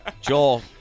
Joel